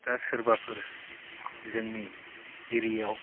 दा सोरबाफोर जोंनि एरियायाव